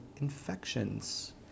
infections